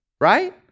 right